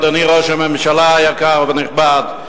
אדוני ראש הממשלה היקר והנכבד,